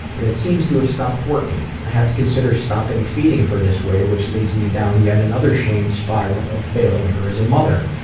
and it seems to have stopped working. i have to consider stopping feeding her this way, which leads me down yet another shamed spiral of failing her as her mother.